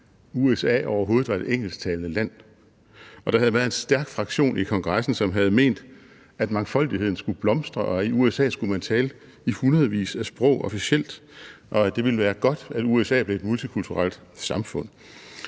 USA overhovedet var et engelsktalende land, og der havde været en stærk fraktion i Kongressen, som havde ment, at mangfoldigheden skulle blomstre, og at i USA skulle man tale i hundredvis af sprog officielt, og at det ville være godt, at USA blev et multikulturelt samfund.